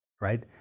right